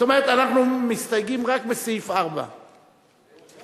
זאת אומרת, אנחנו מסתייגים רק בסעיף 4, נכון?